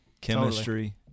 chemistry